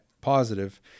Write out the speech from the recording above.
positive